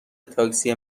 تاکسی